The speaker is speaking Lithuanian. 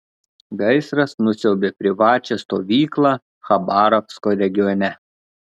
gaisras nusiaubė privačią stovyklą chabarovsko regione